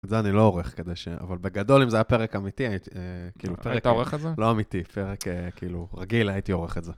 את זה אני לא עורך כדי ש... אבל בגדול, אם זה היה פרק אמיתי, הייתי כאילו... היית עורך את זה? לא אמיתי, פרק כאילו רגיל, הייתי עורך את זה.